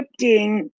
scripting